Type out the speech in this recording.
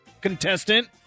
contestant